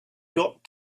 got